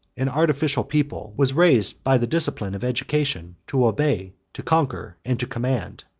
an artificial people, was raised by the discipline of education to obey, to conquer, and to command.